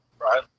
right